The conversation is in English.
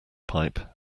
pipe